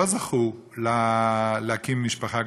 לא זכו להקים משפחה גדולה.